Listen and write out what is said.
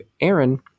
Aaron